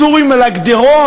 הסורים על הגדרות?